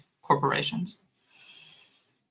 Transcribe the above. corporations